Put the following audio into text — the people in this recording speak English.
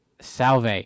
Salve